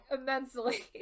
immensely